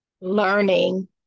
learning